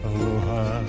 Aloha